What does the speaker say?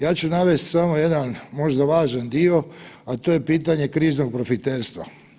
Ja ću navesti smo jedan možda važan dio, a to je pitanje kriznog profiterstva.